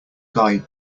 guide